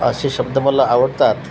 असे शब्द मला आवडतात